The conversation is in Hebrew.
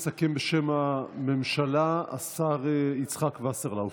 יסכם בשם הממשלה השר יצחק וסרלאוף,